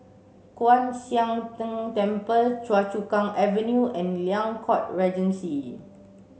Kwan Siang Tng Temple Choa Chu Kang Avenue and Liang Court Regency